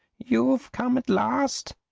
you've come at last!